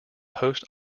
post